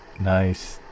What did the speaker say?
Nice